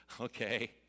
Okay